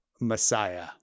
Messiah